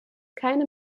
keine